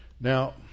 Now